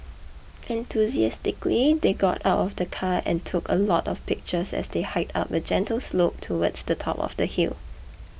enthusiastically they got out of the car and took a lot of pictures as they hiked up a gentle slope towards the top of the hill